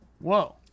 Whoa